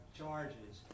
charges